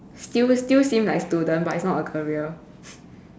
still still seem like student but is not a career